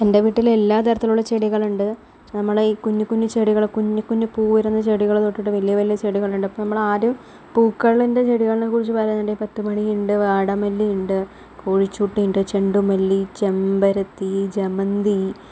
എൻ്റെ വീട്ടിൽ എല്ലാ തരത്തിലുള്ള ചെടികളുമുണ്ട് നമ്മളുടെ ഈ കുഞ്ഞു കുഞ്ഞു ചെടികൾ കുഞ്ഞു കുഞ്ഞു പൂ വരുന്ന ചെടികൾ തൊട്ടിട്ട് വലിയ വലിയ ചെടികളുണ്ട് അപ്പോൾ നമ്മളാരും പൂക്കളിൻ്റെ ചെടികളെക്കുറിച്ച് പറയുക എന്നുണ്ടെങ്കിൽ പത്തു മണിയുണ്ട് വാടാമല്ലിയുണ്ട് കോഴിച്ചുട്ടിയുണ്ട് ചെണ്ടുമല്ലി ചെമ്പരത്തി ജമന്തി